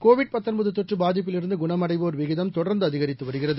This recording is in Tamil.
கோவிட் தொற்று பாதிப்பிலிருந்து குணமடைவோர் விகிதம் தொடர்ந்து அதிகரித்து வருகிறது